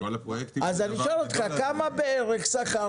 אז אני שואל אותך כמה בערך השכר?